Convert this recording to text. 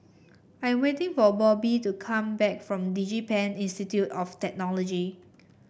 I am waiting for Bobbye to come back from DigiPen Institute of Technology